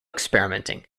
experimenting